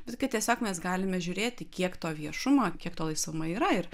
visgi tiesiog mes galime žiūrėti kiek to viešumo kiek to laisvumo yra ir